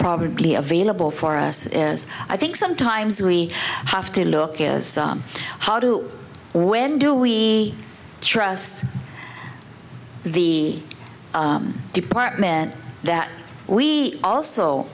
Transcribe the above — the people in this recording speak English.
probably available for us i think sometimes we have to look at how do when do we trust the department that we also